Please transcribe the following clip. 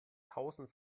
tausend